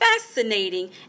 fascinating